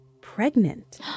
pregnant